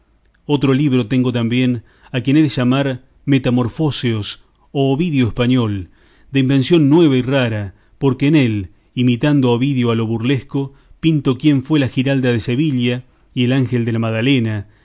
otro libro tengo también a quien he de llamar metamorfóseos o ovidio español de invención nueva y rara porque en él imitando a ovidio a lo burlesco pinto quién fue la giralda de sevilla y el ángel de la madalena